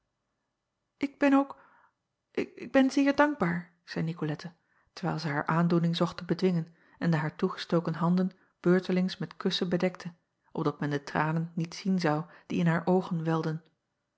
k ben ook ik ben zeer dankbaar zeî icolette terwijl zij haar aandoening zocht te bedwingen en de haar toegestoken handen beurtelings met kussen bedekte opdat men de tranen niet zien zou die in haar oogen welden